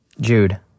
Jude